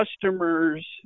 customers